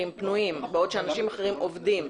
פנויים בעוד שאנשים אחרים עובדים.